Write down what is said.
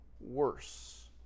worse